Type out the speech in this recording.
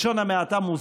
בלשון המעטה.